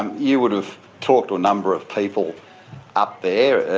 um you would have talked to a number of people up there,